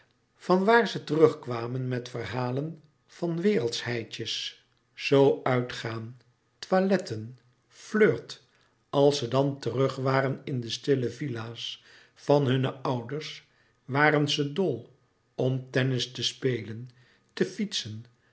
van waar ze terugkwamen met verhalen van wereldschheidjes zoo uitgaan toiletten flirt als ze dan terug waren in de stille villa's van hunne ouders waren ze dol om tennis te spelen te fietsen